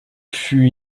fut